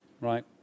right